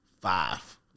five